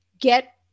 get